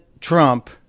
Trump